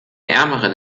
ärmeren